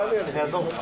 תודה רבה.